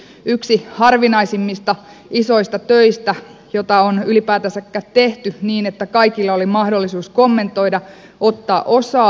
se on yksi harvinaisimmista isoista töistä joita on ylipäätänsäkään tehty niin että kaikilla oli mahdollisuus kommentoida ottaa osaa